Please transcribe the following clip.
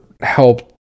helped